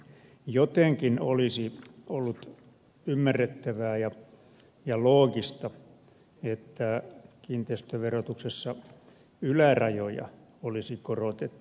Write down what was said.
jotenkin olisi ollut ymmärrettävää ja loogista että kiinteistöverotuksessa ylärajoja olisi korotettu